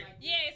Yes